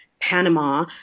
Panama